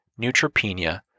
neutropenia